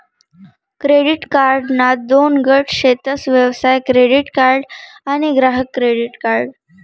credit कार्डना दोन गट शेतस व्यवसाय क्रेडीट कार्ड आणि ग्राहक क्रेडीट कार्ड